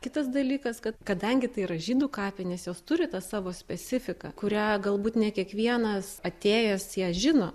kitas dalykas kad kadangi tai yra žydų kapinės jos turi tą savo specifiką kurią galbūt ne kiekvienas atėjęs ją žino